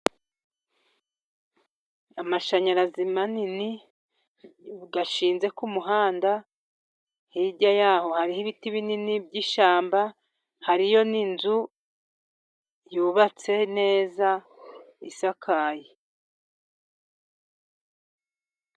Amashanyarazi manini，ashinze ku muhanda， hirya yaho hariho ibiti binini by'ishyamba， hariyo n'inzu yubatse neza isakaye.